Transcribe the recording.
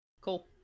Cool